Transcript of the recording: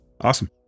Awesome